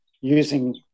using